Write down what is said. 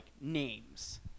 names